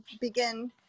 begin